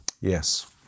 Yes